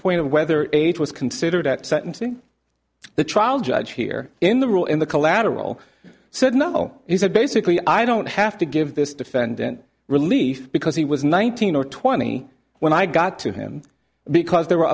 point of whether age was considered at sentencing the trial judge here in the rule in the collateral said no he said basically i don't have to give this defendant relief because he was nineteen or twenty when i got to him because they were